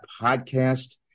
podcast